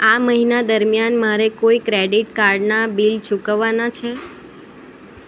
આ મહિના દરમિયાન મારે કોઈ ક્રેડીટ કાર્ડના બિલ ચુકવવાના છે